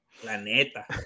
Planeta